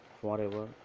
forever